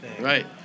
right